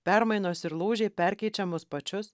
permainos ir lūžiai perkeičia mus pačius